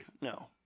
No